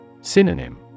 Synonym